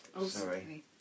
sorry